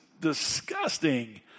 disgusting